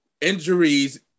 Injuries